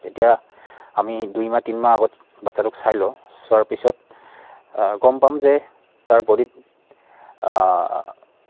এতিয়া আমি দুইমাহ তিনিমাহ আগত বাচ্ছাটোক চাই লওঁ চোৱাৰ পিছত গম পাম যে তাৰ বডীত